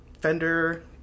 Fender